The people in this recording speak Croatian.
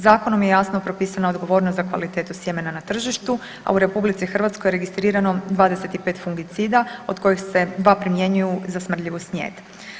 Zakonom je jasno propisana odgovornost za kvalitetu sjemena na tržištu, a u RH je registrirano 25 fungicida od kojih se 2 primjenjuju za smrdljivu snijet.